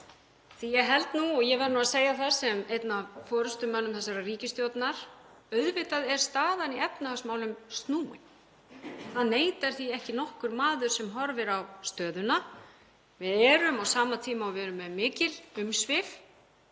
hafi verið búin. Ég verð að segja það sem einn af forystumönnum þessarar ríkisstjórnar að auðvitað er staðan í efnahagsmálum snúin. Það neitar því ekki nokkur maður sem horfir á stöðuna. Við erum, á sama tíma og við erum með mikil umsvif